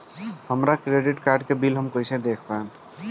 हमरा credit card के bill हम कइसे देख पाएम?